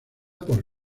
por